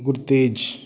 Gurtej